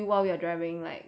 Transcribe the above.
of course can